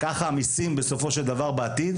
ככה המיסים בסופו של דבר בעתיד,